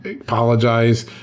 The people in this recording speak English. apologize